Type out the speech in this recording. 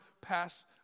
pass